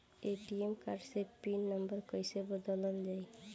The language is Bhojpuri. ए.टी.एम कार्ड के पिन नम्बर कईसे बदलल जाई?